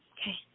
Okay